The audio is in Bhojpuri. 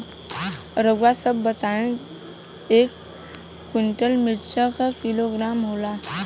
रउआ सभ बताई एक कुन्टल मिर्चा क किलोग्राम होला?